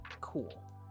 cool